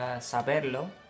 saberlo